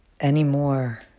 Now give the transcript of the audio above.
anymore